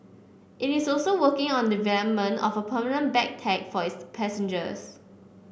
it is also working on development of a permanent bag tag for its passengers